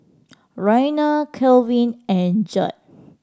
Raina Calvin and Judd